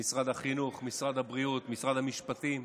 משרד החינוך, משרד הבריאות, משרד המשפטים,